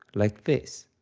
like this.